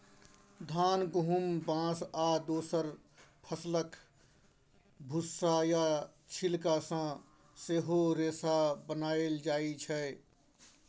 धान, गहुम, बाँस आ दोसर फसलक भुस्सा या छिलका सँ सेहो रेशा बनाएल जाइ छै